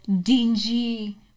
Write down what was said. Dingy